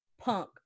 punk